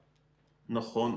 נכון.